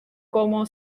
como